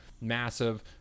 massive